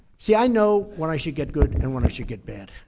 see, i know when i should get good and when i should get bad.